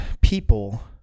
people